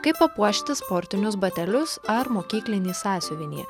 kaip papuošti sportinius batelius ar mokyklinį sąsiuvinį